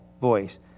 voice